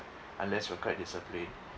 unless we're quite disciplined